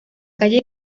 calle